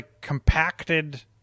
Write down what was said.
compacted